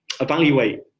evaluate